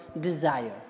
desire